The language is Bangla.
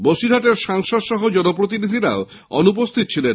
বসিরহাটের সাংসদ সহ জন প্রতিনিধিরাও অনুপস্হিত ছিলেন